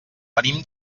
venim